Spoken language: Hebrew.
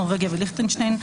נורבגיהוליכטנשטיין,